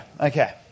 Okay